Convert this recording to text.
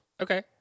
Okay